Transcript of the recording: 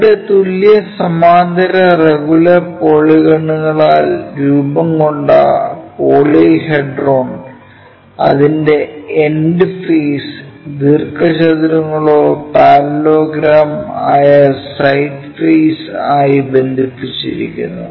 രണ്ട് തുല്യ സമാന്തര റെഗുലർ പോളിഗോണുകളാൽ parallel regular polygons രൂപംകൊണ്ട പോളിഹെഡ്രോൺ അതിന്റെ എൻഡ് ഫേസ് ദീർഘചതുരങ്ങളോ പാരല്ലെലോഗ്രാംസ് ആയ സൈഡ് ഫേസ് ആയി ബന്ധിപ്പിച്ചിരിക്കുന്നു